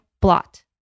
blot